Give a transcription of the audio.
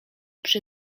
przy